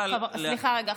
אבל, סליחה, רגע.